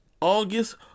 August